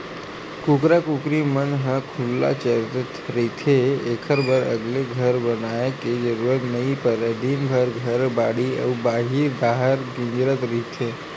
कुकरा कुकरी मन ह खुल्ला चरत रहिथे एखर बर अलगे घर बनाए के जरूरत नइ परय दिनभर घर, बाड़ी अउ बाहिर डाहर किंजरत रहिथे